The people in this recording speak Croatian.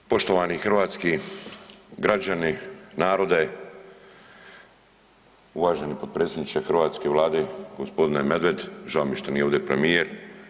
Poštovani hrvatski građani, narode, uvaženi potpredsjedniče hrvatske vlade, g. Medved žao mi je što nije ovdje premijer.